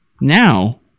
Now